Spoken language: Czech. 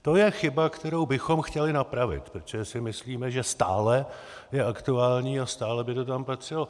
To je chyba, kterou bychom chtěli napravit, protože si myslíme, že stále je aktuální a stále by to tam patřilo.